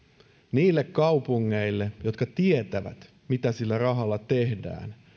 niille kaupungeille jotka tietävät mitä sillä rahalla tehdään